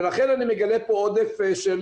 לכן אני מגלה פה עודף של